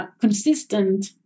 consistent